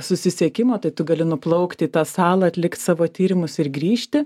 susisiekimo tai tu gali nuplaukt į tą salą atlikt savo tyrimus ir grįžti